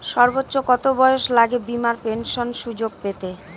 সর্বোচ্চ কত বয়স লাগে বীমার পেনশন সুযোগ পেতে?